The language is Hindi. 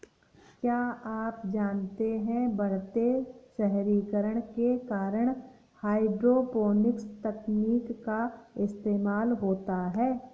क्या आप जानते है बढ़ते शहरीकरण के कारण हाइड्रोपोनिक्स तकनीक का इस्तेमाल होता है?